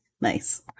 nice